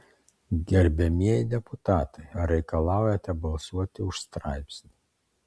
gerbiamieji deputatai ar reikalaujate balsuoti už straipsnį